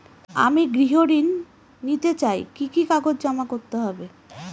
আমি গৃহ ঋণ নিতে চাই কি কি কাগজ জমা করতে হবে?